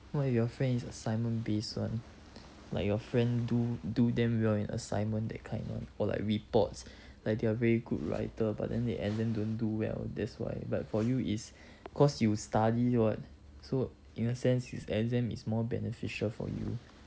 why your friend is assignment based one like your friend do do them well in assignment that kind lah or like reports like they're very good writer but then they end then don't do well that's why but for you is cause you study [what] so in a sense is exam is more beneficial for you